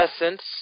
essence